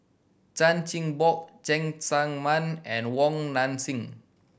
Chan Chin Bock Cheng Tsang Man and Wong Nai Chin